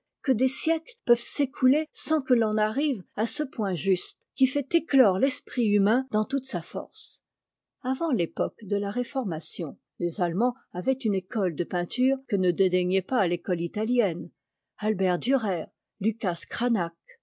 que des siècles peuvent s'écouter sans que l'on arrive à ce point juste qui fait éclore l'esprit humain dans toute sa force avant l'époque de la réformation les allemands avaient une école de peinture que ne dédaignait pas t'écote italienne albert durer lucas